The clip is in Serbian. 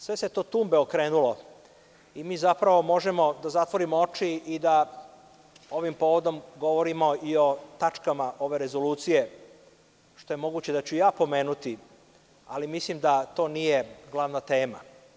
Sve se to tumbe okrenulo i mi zapravo možemo da zatvorimo oči i da ovim povodom govorimo i o tačkama ove rezolucije što je moguće da ću ja pomenuti, ali mislim da to nije glavna tema.